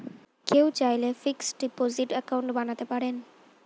কেউ চাইলে fixed deposit account বানাতে পারেন